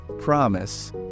promise